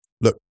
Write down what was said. Look